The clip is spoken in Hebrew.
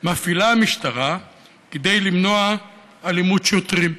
מפעילה המשטרה כדי למנוע אלימות שוטרים?